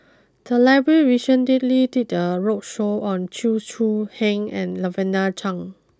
the library did a roadshow on Chew Choo Heng and Lavender Chang